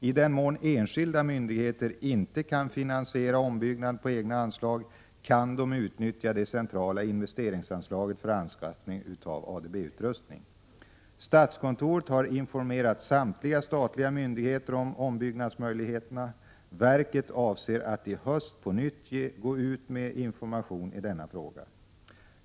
I den mån enskilda myndigheter inte kan finansiera ombyggnaden på egna anslag, kan de utnyttja det centrala investeringsanslaget för anskaffning av ADB-utrustning. Statskontoret har informerat samtliga statliga myndigheter om ombyggnadsmöjligheterna. Verket avser att i höst på nytt gå ut med information i denna fråga.